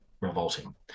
revolting